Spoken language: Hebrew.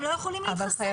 הם לא יכולים להתחסן.